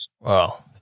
Wow